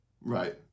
right